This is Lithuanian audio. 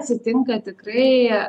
atsitinka tikrai